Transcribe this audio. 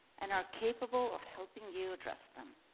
and are capable of helping you address them.